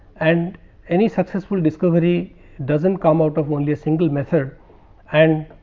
and any successful discovery doesn't come out of only a single method and